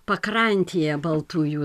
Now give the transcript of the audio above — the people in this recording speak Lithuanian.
pakrantėje baltųjų